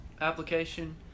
application